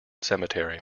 cemetery